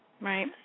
Right